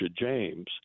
James